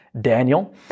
Daniel